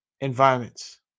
environments